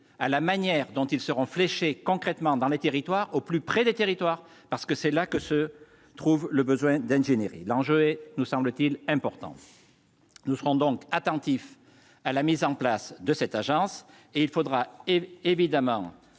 à la manière dont ils seront fléchés concrètement dans les territoires au plus près des territoires parce que c'est là que se trouve le besoin d'ingénierie, l'enjeu est, nous semble-t-il important, nous serons donc attentifs à la mise en place de cette agence et il faudra évidemment